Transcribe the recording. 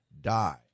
die